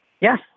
Yes